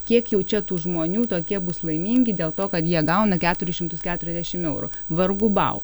kiek jau čia tų žmonių tokie bus laimingi dėl to kad jie gauna keturis šimtus keturiasdešim eurų vargu bau